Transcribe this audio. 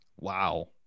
Wow